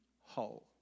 whole